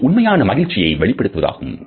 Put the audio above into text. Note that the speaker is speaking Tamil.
அது உண்மையான மகிழ்ச்சியை வெளிப்படுத்துவதாகும்